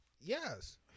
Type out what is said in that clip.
Yes